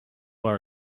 are